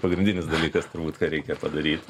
pagrindinis dalykas turbūt ką reikia padaryt